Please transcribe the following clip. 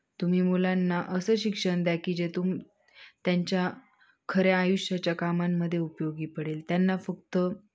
तुम्ही मुलांना असं शिक्षण द्या की जे तुम त्यांच्या खऱ्या आयुष्याच्या कामांमध्ये उपयोगी पडेल त्यांना फक्त